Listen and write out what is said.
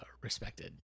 respected